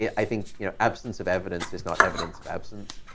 i think, you know, absence of evidence is not evidence of absence.